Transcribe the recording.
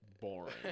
boring